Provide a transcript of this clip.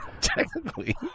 Technically